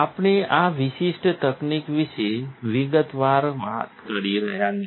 આપણે આ વિશિષ્ટ તકનીક વિશે વિગતવાર વાત કરી રહ્યા નથી